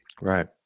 Right